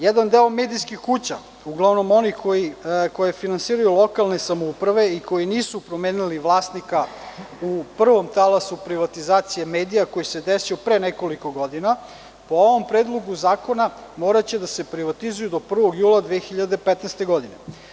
Jedan deo medijskih kuća, uglavnom onih koje finansiraju lokalne samouprave i koje nisu promenile vlasnika u prvom talasu privatizacije medija koji se desio pre nekoliko godina, po ovom predlogu zakona moraće da se privatizuju do 1. jula 2015. godine.